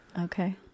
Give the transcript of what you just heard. Okay